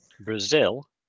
brazil